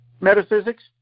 metaphysics